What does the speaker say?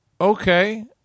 okay